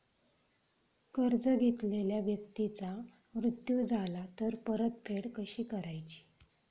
कर्ज घेतलेल्या व्यक्तीचा मृत्यू झाला तर परतफेड कशी करायची?